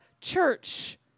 church